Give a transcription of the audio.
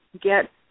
get